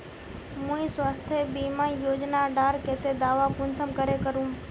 मुई स्वास्थ्य बीमा योजना डार केते दावा कुंसम करे करूम?